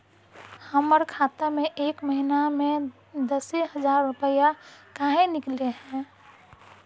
हमर खाता में एक महीना में दसे हजार रुपया काहे निकले है?